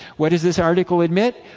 what does this article admit?